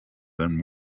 and